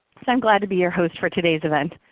so i'm glad to be your host for today's event.